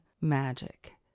magic